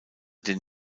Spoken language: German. den